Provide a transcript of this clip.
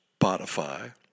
Spotify